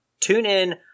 TuneIn